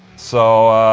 so.